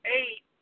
eight